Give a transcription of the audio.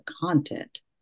content